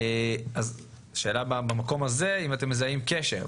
אז השאלה במקום הזה היא, האם אתם מזהים קשר?